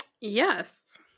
Yes